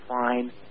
fine